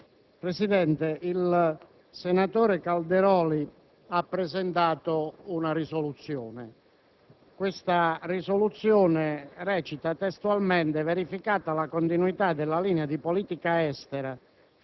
Presidente, il senatore Calderoli ha presentato una proposta di risoluzione, che recita testualmente «Verificata la continuità della linea di politica estera